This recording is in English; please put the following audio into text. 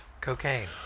Cocaine